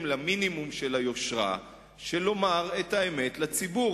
למינימום של היושרה לומר את האמת לציבור.